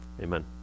Amen